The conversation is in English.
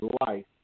life